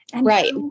Right